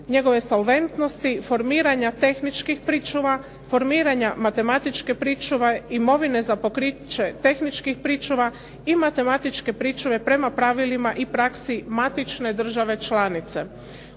njegove solventnosti, formiranja tehničkih pričuva, formiranja matematičke pričuve, imovine za pokriće tehničkih pričuva i matematičke pričuve prema pravilima i praksi matične države članice.